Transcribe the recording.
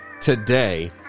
today